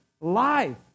life